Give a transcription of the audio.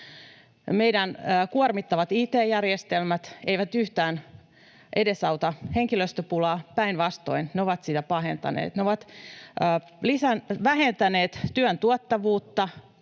Meidän kuormittavat it-järjestelmät eivät yhtään edesauta henkilöstöpulaa, päinvastoin, ne ovat sitä pahentaneet. Ne ovat vähentäneet työn tuottavuutta.